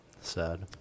Sad